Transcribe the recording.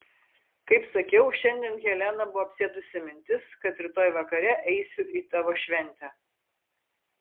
kaip sakiau šiandien heleną buvo apsėdusi mintis kad rytoj vakare eisiu į tavo šventę